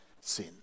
sin